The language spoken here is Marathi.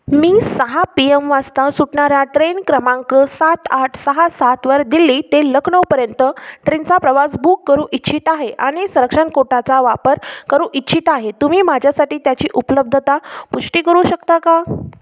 मी सहा पी एम वाजता सुटणाऱ्या ट्रेन क्रमांक सात आठ सहा सातवर दिल्ली ते लखनऊपर्यंत ट्रेनचा प्रवास बुक करू इच्छित आहे आणि संरक्षण कोटाचा वापर करू इच्छित आहे तुम्ही माझ्यासाठी त्याची उपलब्धता पुष्टी करू शकता का